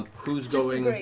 who's going?